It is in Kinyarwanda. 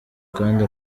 kandi